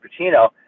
Pacino